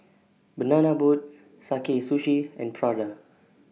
Banana Boat Sakae Sushi and Prada